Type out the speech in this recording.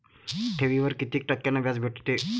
ठेवीवर कितीक टक्क्यान व्याज भेटते?